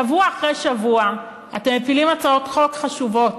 שבוע אחרי שבוע אתם מפילים הצעות חוק חשובות.